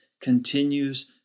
continues